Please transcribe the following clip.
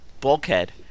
Bulkhead